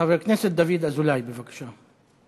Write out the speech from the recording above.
חבר הכנסת דוד אזולאי, בבקשה.